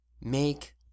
Make